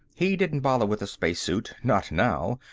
he didn't bother with a spacesuit not now,